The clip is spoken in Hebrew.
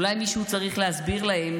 אולי מישהו צריך להסביר להם,